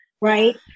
right